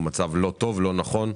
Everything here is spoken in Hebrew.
הוא מצב לא טוב, לא נכון,